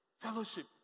Fellowship